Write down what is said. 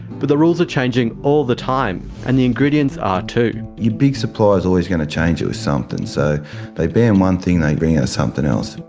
but the rules are changing all the time, and the ingredients are too. your big suppliers are always gonna change it with something, so they ban one thing, they bring out something else.